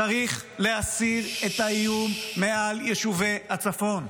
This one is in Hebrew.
צריך להסיר את האיום מעל יישובי הצפון.